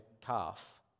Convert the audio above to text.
calf